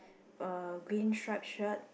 a green stripe shirt